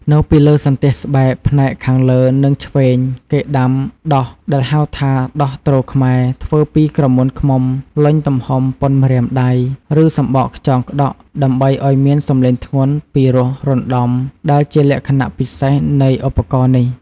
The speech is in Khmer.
នៅលើសន្ទះស្បែកផ្នែកខាងលើនិងឆ្វេង គេដាំ "ដោះ" ដែលហៅថា "ដោះទ្រខ្មែរ" ធ្វើពីក្រមួនឃ្មុំលុញទំហំប៉ុនម្រាមដៃ ឬសំបកខ្យងក្តក់ ដើម្បីឲ្យមានសំឡេងធ្ងន់ពីរោះរណ្ដំដែលជាលក្ខណៈពិសេសនៃឧបករណ៍នេះ។